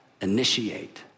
initiate